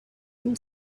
hill